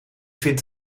vind